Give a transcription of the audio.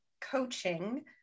coaching